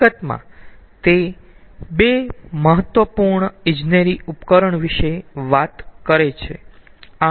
હકીકતમાં તે બે મહત્વપુર્ણ ઇજનેરી ઉપકરણ વિશે વાત કરે છે